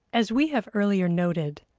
as we have earlier noted,